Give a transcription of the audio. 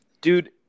dude